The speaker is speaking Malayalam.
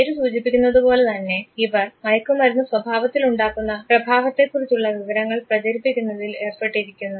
പേര് സൂചിപ്പിക്കുന്നതുപോലെ തന്നെ ഇവർ മയക്കുമരുന്ന് സ്വഭാവത്തിൽ ഉണ്ടാക്കുന്ന പ്രഭാവത്തെക്കുറിച്ചുള്ള വിവരങ്ങൾ പ്രചരിപ്പിക്കുന്നതിൽ ഏർപ്പെട്ടിരിക്കുന്നു